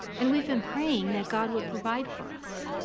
and we've been praying that god would provide for us.